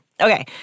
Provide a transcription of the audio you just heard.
Okay